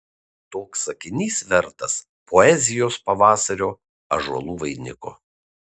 toks sakinys vertas poezijos pavasario ąžuolų vainiko